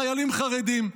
חיילים חרדים.